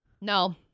No